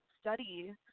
study